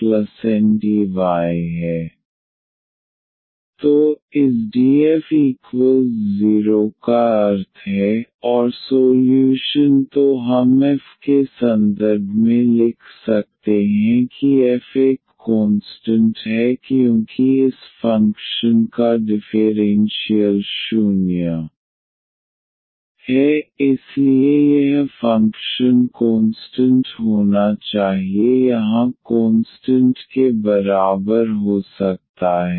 तो इस df 0 का अर्थ है और सोल्यूशन तो हम f के संदर्भ में लिख सकते हैं कि f एक कोंस्टंट है क्योंकि इस फ़ंक्शन का डिफ़ेरेन्शियल 0 है इसलिए यह फंक्शन कोंस्टंट होना चाहिए यहाँ कोंस्टंट के बराबर हो सकता है